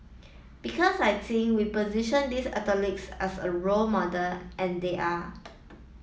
because I think we position these athletes as a role model and they are